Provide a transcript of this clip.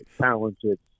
talented